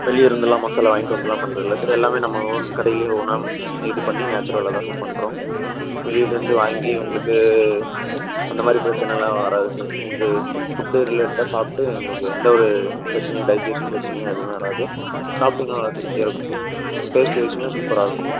வெளியே இருந்துலாம் மசாலா வாங்கிட்டு வந்துலாம் பண்ணுறதில்ல சார் எல்லாமே நம்ம ஓன் கடையில் ஓனாக இது பண்ணி நேச்சுரலாக தான் சார் பண்ணுறோம் வெளிலேருந்து வாங்கி உங்களுக்கு அந்த மாதிரி பிரச்சனைலாம் வராது சார் உங்களுக்கு ஃபுட்டு ரிலேட்டடாக சாப்பிட்டு உங்களுக்கு எந்த ஒரு பிரச்சினையோ டைஜிஷன் பிரச்சினையோ எதுவுமே வராது சாப்பிட்டிங்கன்னா நல்லா திருப்தியாக இருக்குங்க சார் டேஸ்ட்வைஸுமே சூப்பராக இருக்கும்